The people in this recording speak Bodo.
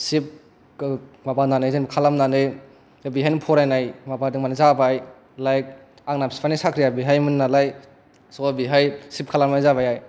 सिफ्थ खालामनानै बेहायनो फरायनाय माबादोंमोन जाबाय लाइक आंना बिफानि साख्रिया बेहायमोन नालाय स' बिहाय सिफ्थ खालामनाय जाबाय